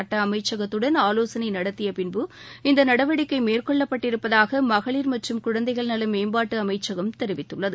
சுட்ட அமைச்சகத்துடன் ஆலோசனை நடத்தியப்பின் இந்த நடவடிக்கை மேற்கொள்ளப்பட்டிருப்பதாக மகளிர் மற்றும் குழந்தைகள் நல மேம்பாட்டு அமைச்சகம் தெரிவித்துள்ளது